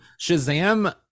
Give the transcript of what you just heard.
Shazam